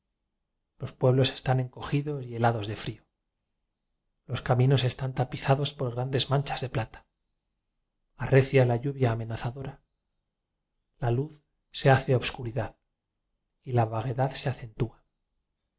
los pueblos están encogidos y helados de frío los caminos están tapizados por grandes manchas de plata arrecia la llu via amenazadora la luz se hace obscu ra y la vaguedad se acentúa